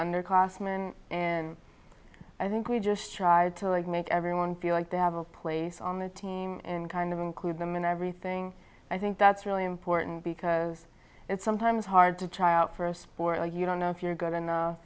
underclassman and i think we just tried to and make everyone feel like they have a place on the team and kind of include them in everything i think that's really important because it's sometimes hard to try out for a sport or you don't know if you're good enough